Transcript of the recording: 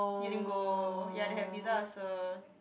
you din go ya they have pizza also